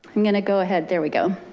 i'm gonna go ahead, there we go.